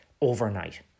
overnight